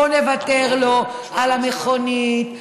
בוא נוותר לו על המכונית,